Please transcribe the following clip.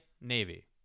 navy